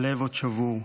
הלב עוד שבור.